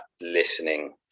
listening